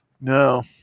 No